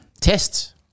Tests